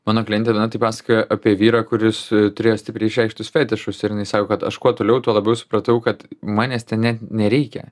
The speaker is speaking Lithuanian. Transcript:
mano klientė viena tai pasakojo apie vyrą kuris turėjo stipriai išreikštus fetišus ir jinai sako kad aš kuo toliau tuo labiau supratau kad manęs ten net nereikia